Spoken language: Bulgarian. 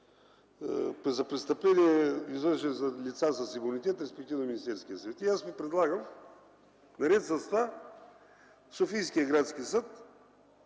за престъпления, извършени от лица с имунитет, респективно Министерският съвет. Аз ви предлагам наред с това Софийският градски съд,